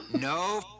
No